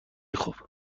خوب